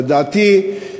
לדעתי,